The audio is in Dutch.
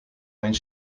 mijn